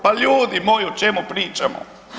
Pa ljudi moji, o čemu pričamo?